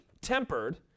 tempered